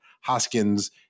Hoskins